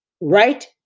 Right